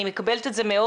אני מקבלת את זה מאוד.